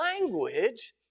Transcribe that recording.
language